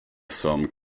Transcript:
som